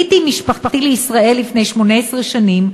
עליתי עם משפחתי לישראל לפני 18 שנים,